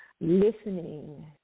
listening